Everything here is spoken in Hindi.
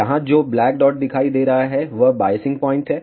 यहां जो ब्लैक डॉट दिखाई दे रहा है वह बायसिंग पॉइंट है